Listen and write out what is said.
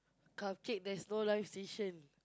cupcake there's no live station